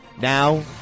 Now